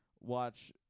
watch